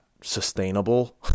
sustainable